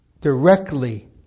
directly